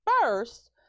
first